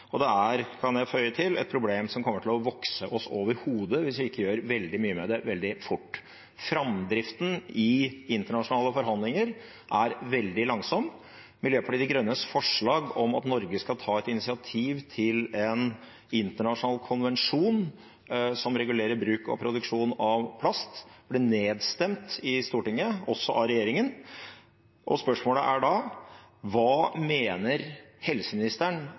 og det er – kan jeg føye til – et problem som kommer til å vokse oss over hodet hvis vi ikke gjør veldig mye med det veldig fort. Framdriften i internasjonale forhandlinger er veldig langsom. Miljøpartiet De Grønnes forslag om at Norge skal ta initiativ til en internasjonal konvensjon som regulerer bruk og produksjon av plast, ble nedstemt i Stortinget, også av regjeringspartiene. Spørsmålet er da: Hva mener helseministeren